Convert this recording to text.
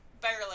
Barely